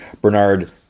Bernard